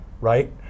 right